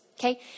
okay